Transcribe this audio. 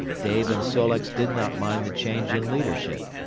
dave and sol-leks did not mind the change in leadership.